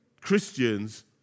Christians